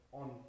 on